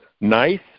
nice